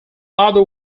other